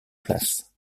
place